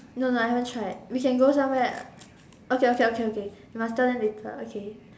no no I haven't tried we can go somewhere okay okay okay okay we must tell them later okay